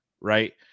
right